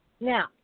Now